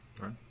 right